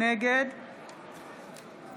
נגד יצחק פינדרוס, נגד